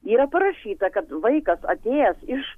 yra parašyta kad vaikas atėjęs iš